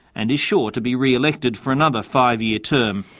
and is sure to be re-elected for another five-year term.